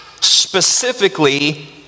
specifically